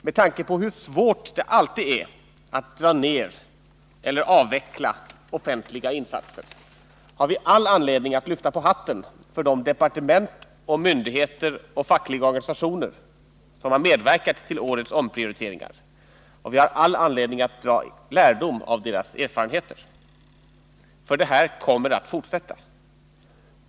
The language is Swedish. Med tanke på hur svårt det alltid är att dra ner eller avveckla offentliga insatser har vi all anledning att lyfta på hatten för de departement, myndigheter och fackliga organisationer som har medverkat till årets omprioriteringar och vi har också all anledning att dra lärdom av deras erfarenheter. För det här kommer att fortsätta.